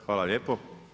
Hvala lijepo.